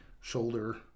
shoulder